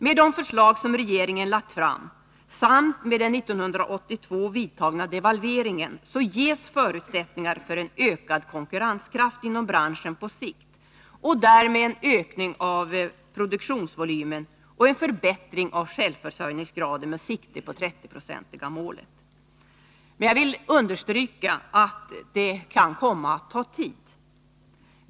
Med det förslag regeringen lagt fram samt med den 1982 vidtagna devalveringen ges förutsättningar för en ökad konkurrenskraft inom branschen på sikt och därmed en ökning av produktionsvolymen och en förbättring av självförsörjningsgraden med sikte på 30-procentsmålet. Jag vill dock understryka att det kan komma att ta tid.